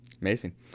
Amazing